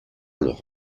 leur